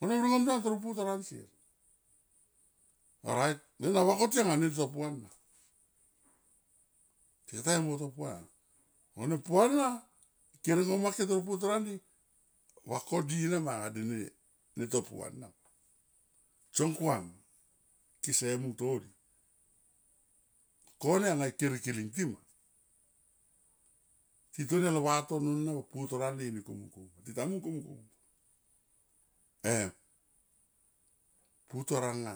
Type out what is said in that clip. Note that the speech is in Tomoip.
vanem ringom tan toro putor ansier. Orait nena vakoti anga ne to puana, tika mo to puan na, vanem puana, ke nigo make toro putor andi. Mo va ko die nema anga de to puana, song kuam kese mung todi, kone ke rikiling tima titonia lo vatono na ma putor andi ni komun komun tita mung komun komun em putor anga.